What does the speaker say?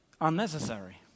unnecessary